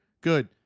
Good